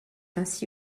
ainsi